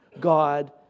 God